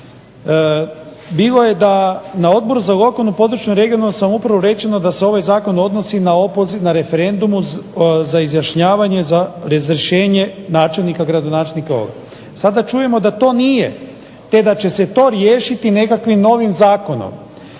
Bilo je na Odboru za lokalnu, regionalnu samoupravu rečeno da se ovaj Zakon odnosi na opoziv, na referendumu za izjašnjavanje za razrješenje načelnika, gradonačelnika općine. Sada čujemo da to nije te da će se to riješiti nekakvim novim zakonom.